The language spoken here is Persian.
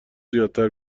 زیادتر